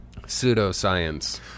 pseudoscience